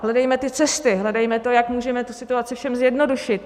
Hledejme ty cesty, hledejme to, jak můžeme tu situaci všem zjednodušit.